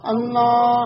Allah